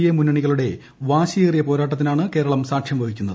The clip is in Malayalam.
എ മുന്നണികളുടെ വാശിയേറിയ പോരാട്ടത്തിനാണ് കേരളം സാക്ഷ്യം വഹിക്കുന്നത്